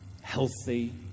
healthy